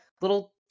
little